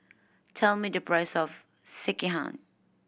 tell me the price of Sekihan